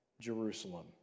Jerusalem